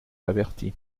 avertis